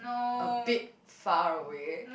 a bit far away